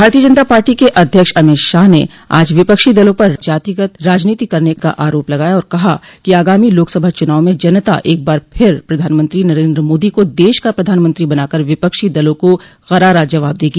भारतीय जनता पार्टी के अध्यक्ष अमित शाह ने आज विपक्षी दलों पर जातिगत राजनीति करने का आरोप लगाया और कहा कि आगामी लोकसभा चुनाव में जनता एक बार फिर प्रधानमंत्री नरेन्द्र मोदी को देश का प्रधानमंत्री बनाकर विपक्षी दलो को करारा जवाब देगी